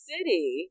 City